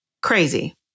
crazy